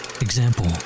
Example